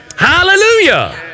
Hallelujah